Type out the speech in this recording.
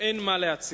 אין מה להציע.